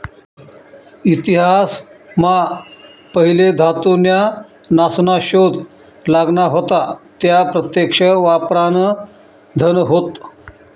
इतिहास मा पहिले धातू न्या नासना शोध लागना व्हता त्या प्रत्यक्ष वापरान धन होत